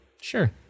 sure